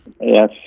Yes